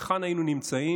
היכן היינו נמצאים